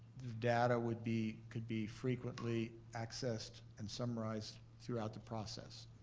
data would be, could be frequently accessed and summarize throughout the process.